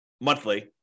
monthly